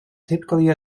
typically